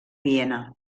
viena